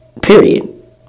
Period